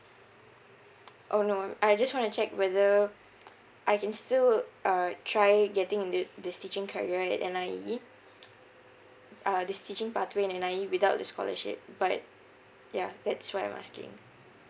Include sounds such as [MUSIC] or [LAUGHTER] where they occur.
[NOISE] orh no I just want to check whether [NOISE] I can still uh try getting in the this teaching career in N_I_E uh this teaching pathway in N_I_E without the scholarship but yeah that's what I'm asking